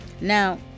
Now